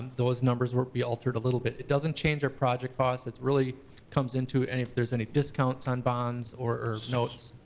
those numbers will be altered a little bit. it doesn't change our project cost. it really comes in to, and if there's any discounts on bonds or notes.